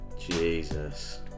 Jesus